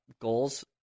goals